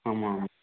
ஆமாம்